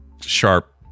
sharp